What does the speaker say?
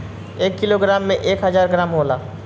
एक किलोग्राम में एक हजार ग्राम होला